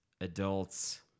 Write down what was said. adults